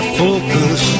focus